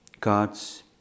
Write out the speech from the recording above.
God's